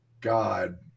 god